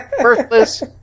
worthless